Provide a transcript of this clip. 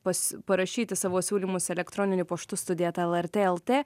pas parašyti savo siūlymus elektroniniu paštu studija eta lrt lt